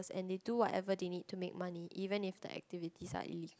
and they do whatever they need to make money even if the activities are ille~